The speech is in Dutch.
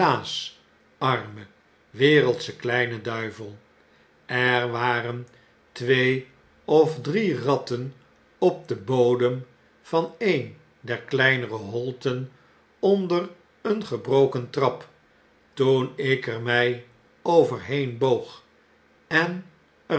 arme wereldsche kleine duivel er waren twee of drie ratten op den bodem van een der kleinere holten onder een gebroken trap toen ik er mij overheen boog en